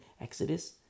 Exodus